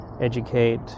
educate